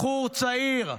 בחור צעיר,